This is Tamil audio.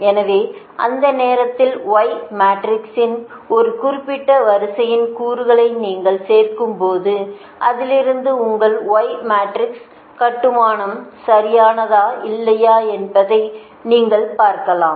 எனவே அந்த நேரத்தில் y மேட்ரிக்ஸின் ஒரு குறிப்பிட்ட வரிசையின் கூறுகளை நீங்கள் சேர்க்கும்போது அதிலிருந்து உங்கள் y மேட்ரிக்ஸ் கட்டுமானம் சரியானதா இல்லையா என்பதை நீங்கள் பார்க்கலாம்